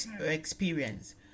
experience